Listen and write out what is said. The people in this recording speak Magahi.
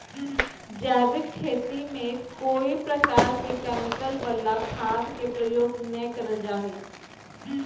जैविक खेती में कोय प्रकार के केमिकल वला खाद के उपयोग नै करल जा हई